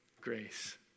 grace